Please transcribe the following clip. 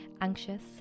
anxious